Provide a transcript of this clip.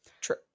true